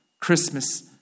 Christmas